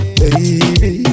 baby